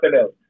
else